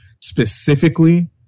specifically